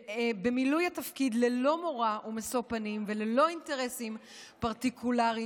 במילוי התפקיד ללא מורא ומשוא פנים וללא אינטרסים פרטיקולריים,